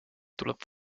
tuleb